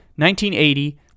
1980